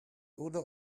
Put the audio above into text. odor